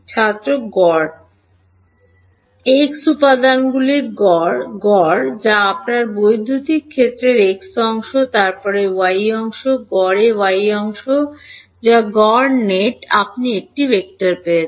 ছাত্র গড় X উপাদানগুলির গড় গড় যা আপনার বৈদ্যুতিক ক্ষেত্রের x অংশ তার y অংশগুলি গড়ে y অংশ যা গড় নেট আপনি একটি ভেক্টর পেয়েছেন